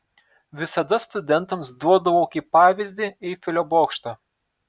visada studentams duodavau kaip pavyzdį eifelio bokštą